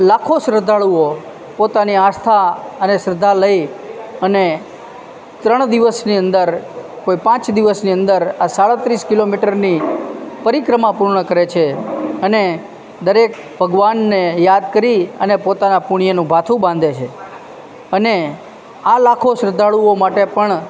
લાખો શ્રદ્ધાળુઓ પોતાની આસ્થા અને શ્રદ્ધા લઈ અને ત્રણ દિવસની અંદર કોઈ પાંચ દિવસની અંદર આ સાડત્રીસ કિલોમીટરની પરિક્રમા પૂર્ણ કરે છે અને દરેક ભગવાનને યાદ કરી અને પોતાનાં પુણ્યનું ભાથું બાંધે છે અને આ લાખો શ્રદ્ધાળુઓ માટે પણ